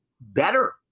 better